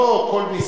בוודאי.